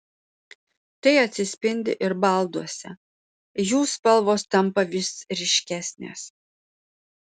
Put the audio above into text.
tai atsispindi ir balduose jų spalvos tampa vis ryškesnės